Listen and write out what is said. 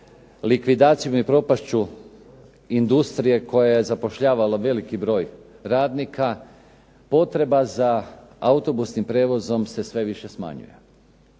likvidacijom i propašću industrije koja je zapošljavala veliki broj radnika potreba za autobusnim prijevozom se sve više smanjuje.